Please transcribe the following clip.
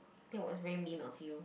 that was very mean of you